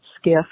Skiff